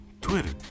Twitter